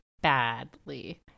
badly